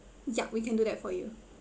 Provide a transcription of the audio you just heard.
yup we can do that for you